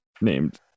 named